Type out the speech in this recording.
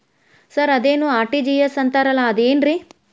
Sir ಅದೇನು RTGS ಅಂತಾರಲಾ ಅದು ಏನ್ರಿ?